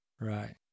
Right